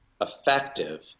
effective